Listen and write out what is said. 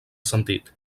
sentit